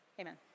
amen